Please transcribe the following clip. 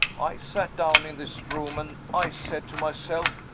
i sat down in this room, and i said to myself,